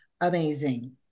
amazing